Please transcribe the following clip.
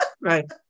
right